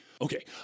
Okay